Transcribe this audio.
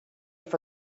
for